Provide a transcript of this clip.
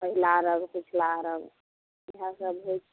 पहिला अर्घ्य पिछला अर्घ्य इएहा सब होइ छै